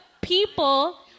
people